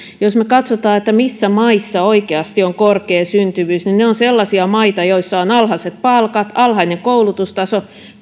jos me katsomme missä maissa oikeasti on korkea syntyvyys niin ne ovat sellaisia maita joissa on alhaiset palkat alhainen koulutustaso